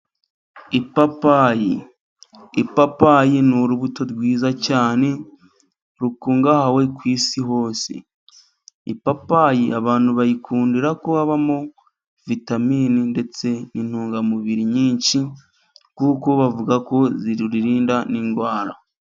Ipapayi. Ipapayi ni urubuto rwiza cyane rukungahaye ku isi hose, ipapayi abantu bayikundira ko habamo vitamine, ndetse n'intungamubiri nyinshi kuko bavuga ko irinda n'indwara.